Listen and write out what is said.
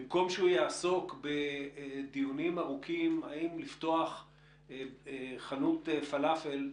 במקום שהוא יעסוק בדיונים ארוכים - האם לפתוח חנות פלאפל,